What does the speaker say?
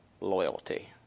Loyalty